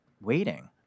waiting